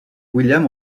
william